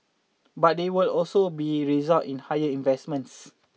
but they will also be result in higher investments